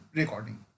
recording